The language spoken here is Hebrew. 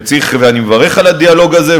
ואני מברך על הדיאלוג הזה,